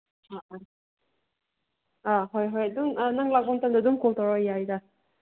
ꯑꯥ ꯑꯥ ꯑꯥ ꯍꯣꯏ ꯍꯣꯏ ꯑꯗꯨꯝ ꯅꯪ ꯂꯥꯛꯄ ꯃꯇꯝꯗ ꯑꯗꯨꯝ ꯀꯣꯜ ꯇꯧꯔꯛꯑꯣ ꯌꯥꯏꯗ